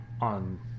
on